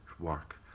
Work